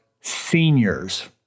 Seniors